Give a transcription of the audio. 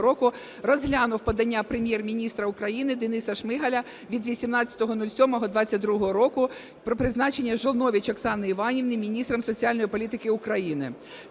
розглянув подання Прем'єр-міністра України Дениса Шмигаля від 18.07.2022 року про призначення Жолнович Оксани Іванівни міністром соціальної політики України.